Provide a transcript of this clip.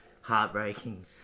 Heartbreaking